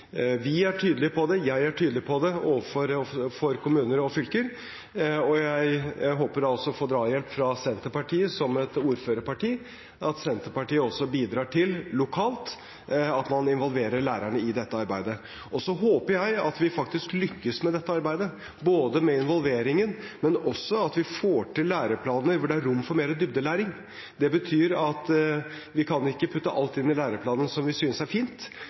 Vi er tydelige på det, jeg er tydelig på det overfor kommuner og fylker, og jeg håper også å få drahjelp fra Senterpartiet, som et ordførerparti – at Senterpartiet også bidrar til at man lokalt involverer lærerne i dette arbeidet. Så håper jeg at vi faktisk lykkes med dette arbeidet, både med involveringen, og også at vi får til læreplaner hvor det er rom for mer dybdelæring. Det betyr at vi ikke kan putte alt som vi synes er fint, inn i læreplanen. Vi som